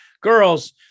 girls